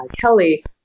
Kelly